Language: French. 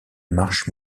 marche